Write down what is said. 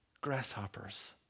grasshoppers